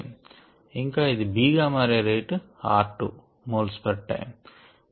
ఇంకా ఇది B గా మారే rate r2 moles per time